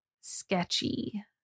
sketchy